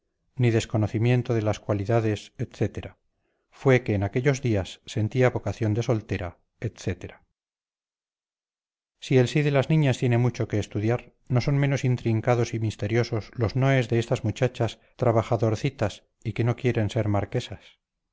ni desconocimiento de las cualidades etcétera fue que en aquellos días sentía vocación de soltera etcétera si el sí de las niñas tiene mucho que estudiar no son menos intrincados y misteriosos los noes de estas muchachas trabajadorcitas y que no quieren ser marquesas